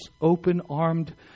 open-armed